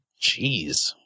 Jeez